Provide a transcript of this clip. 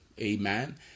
amen